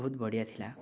ବହୁତ ବଢ଼ିଆ ଥିଲା